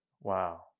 Wow